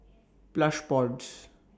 Plush Pods